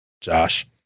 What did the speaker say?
Josh